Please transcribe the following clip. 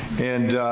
and.